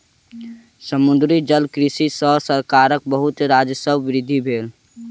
समुद्री जलकृषि सॅ सरकारक बहुत राजस्वक वृद्धि भेल